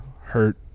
hurt